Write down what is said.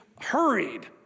hurried